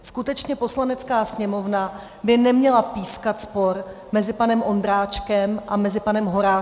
Skutečně Poslanecká sněmovna by neměla pískat spor mezi panem Ondráčkem a panem Horáčkem.